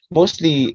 mostly